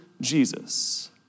Jesus